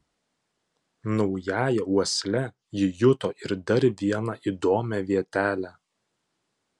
naująja uosle ji juto ir dar vieną įdomią vietelę